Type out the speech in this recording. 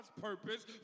purpose